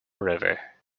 river